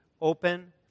open